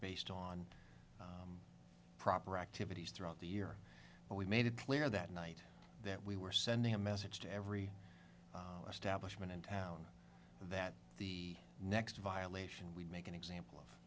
based on proper activities throughout the year and we made it clear that night that we were sending a message to every establishment in town that the next violation would make an example